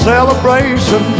celebration